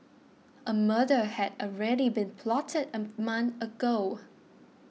a murder had already been plotted a month ago